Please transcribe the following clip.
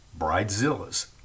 Bridezilla's